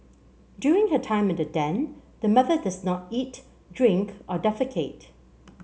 during her time in the den the mother does not eat drink or defecate